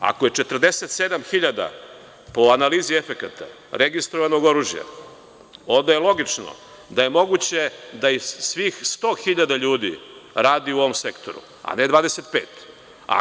Ako je 47 hiljada, po analizi efekata registrovanog oružja, onda je logično da je moguće da iz svih 100 hiljada ljudi radi u ovom sektoru, a ne 25 hiljada.